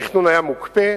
התכנון היה מוקפא.